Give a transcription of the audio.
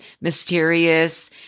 mysterious